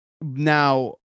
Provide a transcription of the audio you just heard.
Now